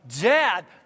Dad